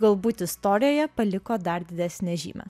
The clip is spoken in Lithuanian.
galbūt istorijoje paliko dar didesnę žymę